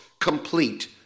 complete